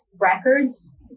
records